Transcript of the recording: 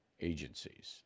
agencies